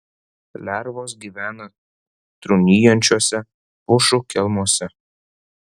lervos gyvena trūnijančiuose pušų kelmuose